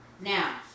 Now